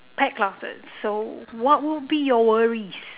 pet classes so what will be your worries